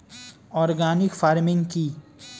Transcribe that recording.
Organic farming কি?